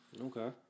Okay